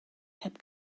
heb